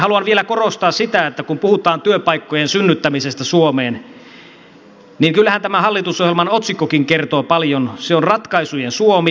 haluan vielä korostaa sitä että kun puhutaan työpaikkojen synnyttämisestä suomeen niin kyllähän tämä hallitusohjelman otsikkokin kertoo paljon se on ratkaisujen suomi